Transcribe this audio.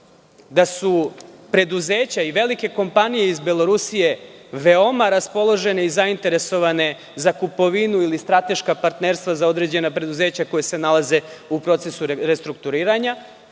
da su preduzeća i velike kompanije iz Belorusije veoma raspoložene i zainteresovane za kupovinu ili strateška partnerstva za određena preduzeća koja se nalaze u procesu restrukturiranja,